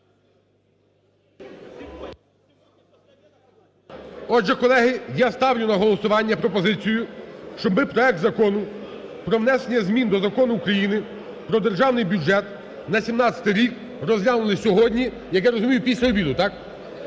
Отже, колеги, я ставлю на голосування пропозицію, щоб ми проект Закону про внесення змін до Закону України "Про Державний бюджет на 2017 рік" розглянули сьогодні, як я розумію, після обіду, так?